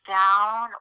down